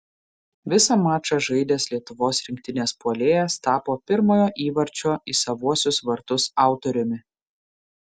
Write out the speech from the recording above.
visą mačą žaidęs lietuvos rinktinės puolėjas tapo pirmojo įvarčio į savuosius vartus autoriumi